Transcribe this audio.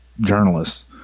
journalists